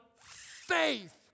faith